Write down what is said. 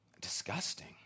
disgusting